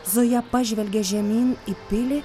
zoja pažvelgė žemyn į pilį